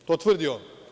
To tvrdi on.